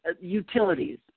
utilities